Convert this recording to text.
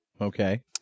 Okay